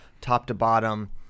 top-to-bottom